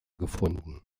gefunden